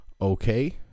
Okay